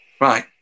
Right